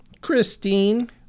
Christine